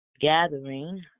gathering